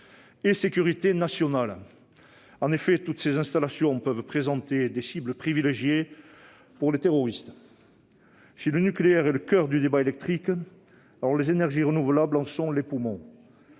et sécurité nationale. En effet, toutes ces installations peuvent représenter des cibles privilégiées pour les terroristes. Si le nucléaire est le coeur du débat électrique, alors les énergies renouvelables en sont les poumons.